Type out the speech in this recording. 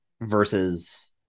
versus